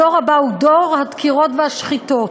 הדור הבא הוא דור הדקירות והשחיטות,